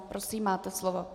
Prosím, máte slovo.